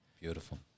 Beautiful